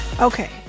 Okay